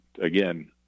again